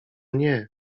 nie